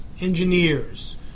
engineers